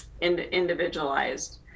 individualized